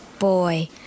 boy